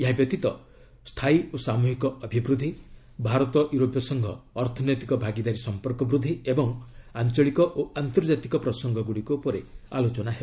ଏହାବ୍ୟତୀତ ସ୍ଥାୟୀ ଓ ସାମୁହିକ ଅଭିବୃଦ୍ଧି ଭାରତ ୟୁରୋପୀୟ ସଂଘ ଅର୍ଥନୈତିକ ଭାଗିଦାରୀ ସମ୍ପର୍କ ବୃଦ୍ଧି ଏବଂ ଆଞ୍ଚଳିକ ଓ ଆନ୍ତର୍ଜାତିକ ପ୍ରସଙ୍ଗଗୁଡ଼ିକ ଉପରେ ଆଲୋଚନା ହେବ